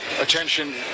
attention